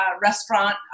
restaurant